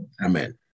Amen